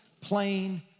plain